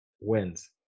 wins